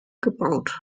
gebaut